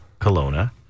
Kelowna